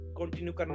continue